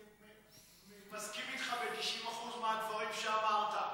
אני באמת מסכים איתך ב-90% מהדברים שאמרת,